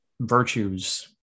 virtues